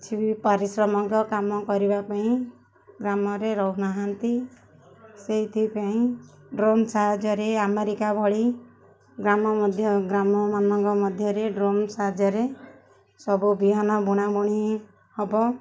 କିଛି ବି ପାରିଶ୍ରମିକ କାମ କରିବା ପାଇଁ ଗ୍ରାମରେ ରହୁନାହାନ୍ତି ସେଇଥିପାଇଁ ଡ୍ରୋନ୍ ସାହାଯ୍ୟରେ ଆମେରିକା ଭଳି ଗ୍ରାମ ମଧ୍ୟ ଗ୍ରାମମାନଙ୍କ ମଧ୍ୟରେ ଡ୍ରୋନ୍ ସାହାଯ୍ୟରେ ସବୁ ବିହନ ବୁଣାବୁଣି ହବ